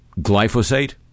glyphosate